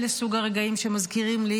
אלה הרגעים שמזכירים לי,